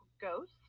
ghost